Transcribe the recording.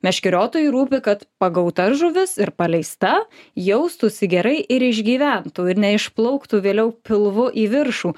meškeriotojui rūpi kad pagauta žuvis ir paleista jaustųsi gerai ir išgyventų ir neišplauktų vėliau pilvu į viršų